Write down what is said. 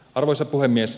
arvoisa puhemies